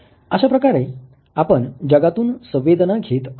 अशा प्रकारे आपण जगातून संवेदना घेत असतो